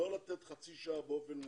לא לתת חצי שעה באופן מובהק,